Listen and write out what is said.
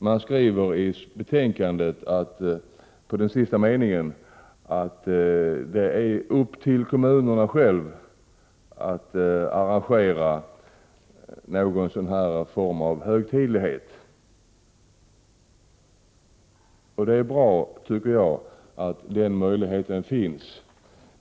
Man skriver i betänkandet att kommunerna har möjlighet, om de så finner lämpligt, att anordna en högtidlighet. Jag tycker att det är bra att den möjligheten finns.